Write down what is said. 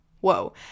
whoa